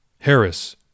Harris